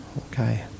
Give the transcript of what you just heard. Okay